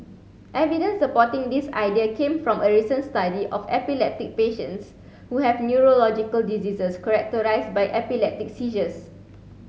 evidence supporting this idea came from a recent study of epileptic patients who have neurological diseases characterised by epileptic seizures